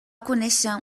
conèixer